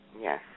Yes